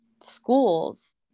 schools